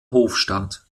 hofstaat